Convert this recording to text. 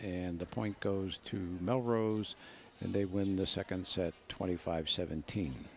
and the point goes to melrose and they win the second set twenty five seventeen